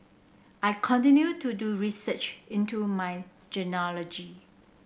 I continue to do research into my genealogy